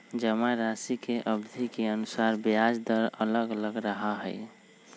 जमाराशि के अवधि के अनुसार ब्याज दर अलग अलग रहा हई